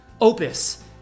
opus